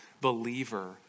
believer